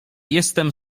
jestem